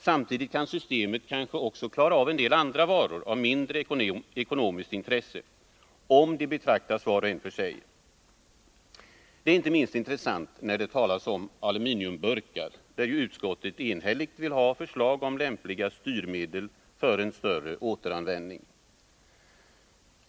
Samtidigt kan systemet kanske också klara av en del andra varor av mindre ekonomiskt intresse om de betraktas var och en för sig. Det är inte minst intressant när det talas om aluminiumburkar, där ju utskottet i enhällighet vill ha förslag om lämpliga styrmedel för en större återanvändning.